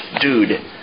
dude